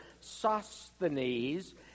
Sosthenes